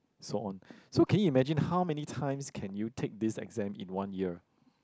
so on so can you imagine how many times can you take this exam in one year